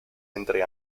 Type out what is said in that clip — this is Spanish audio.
entre